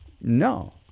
No